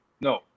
No